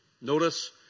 Notice